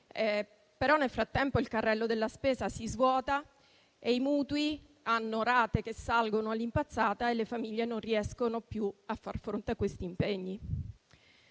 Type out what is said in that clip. vada; nel frattempo, però, il carrello della spesa si svuota, i mutui hanno rate che salgono all'impazzata e le famiglie non riescono più a far fronte a questi impegni.